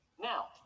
now